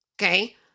Okay